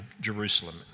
Jerusalem